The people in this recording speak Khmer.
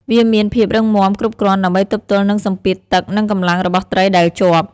វាមានភាពរឹងមាំគ្រប់គ្រាន់ដើម្បីទប់ទល់នឹងសម្ពាធទឹកនិងកម្លាំងរបស់ត្រីដែលជាប់។